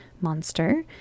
monster